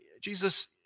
Jesus